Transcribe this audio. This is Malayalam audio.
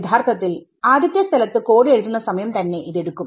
യഥാർത്ഥത്തിൽ ആദ്യത്തെ സ്ഥലത്തു കോഡ് എഴുതുന്ന സമയം തന്നെ ഇത് എടുക്കും